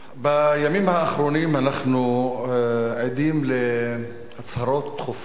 בימים האחרונים אנחנו עדים להצהרות תכופות